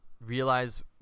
realize